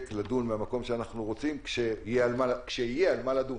לדון במקום שאנחנו רוצים כשיהיה על מה לדון.